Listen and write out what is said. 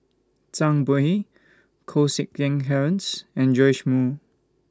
Zhang Bohe Koh Seng Kiat Terence and Joash Moo